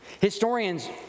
Historians